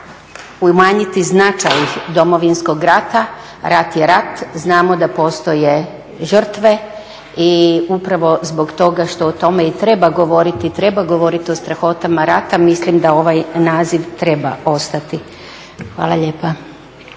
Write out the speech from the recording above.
umanjiti značaj Domovinskog rata, rat je rat, znamo da postoje žrtve i upravo zbog toga što o tome i treba govoriti, treba govoriti o strahotama rata mislim da ovaj naziv treba ostati. Hvala lijepa.